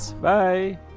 Bye